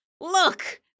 look